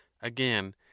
again